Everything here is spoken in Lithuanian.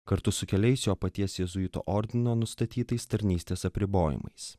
kartu su keliais jo paties jėzuitų ordino nustatytais tarnystės apribojimais